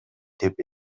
деп